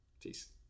peace